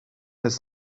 his